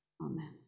amen